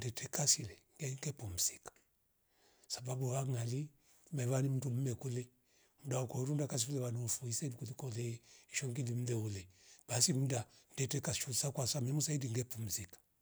Reteka sili ngaite pumzika sababu hangali meva mndu mmekule mdaokoru runda kaswile wanu fwise rikotikole shwangi ndimle ule basi runda ngete kashusakwa samume sairilia pumzika